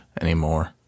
anymore